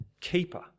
keeper